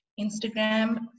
Instagram